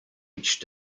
each